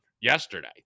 Yesterday